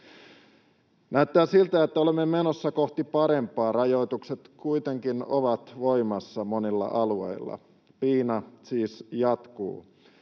Näyttää siltä, että olemme menossa kohti parempaa. Rajoitukset kuitenkin ovat voimassa monilla alueilla. Piina siis jatkuu.